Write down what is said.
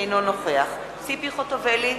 אינו נוכח ציפי חוטובלי,